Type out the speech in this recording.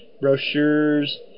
brochures